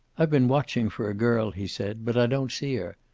i've been watching for a girl, he said, but i don't see her.